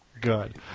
Good